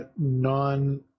non-